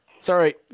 sorry